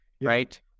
Right